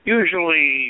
usually